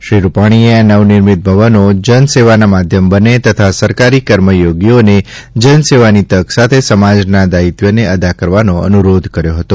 શ્રી રૂપાણીએ આ નવનિર્મિત ભવનો જનસેવાના માધ્યમ બને તથા સરકારી કર્મયોગીઓને જન સેવાની તક સાથે સમાજના દાયિત્વને અદા કરવાનો અનુરોધ કર્યો હતો